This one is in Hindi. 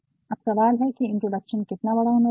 अब सवाल है कि इंट्रोडक्शन कितना बड़ा होना चाहिए